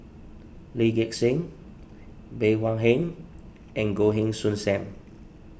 Lee Gek Seng Bey Hua Heng and Goh Heng Soon Sam